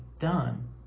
done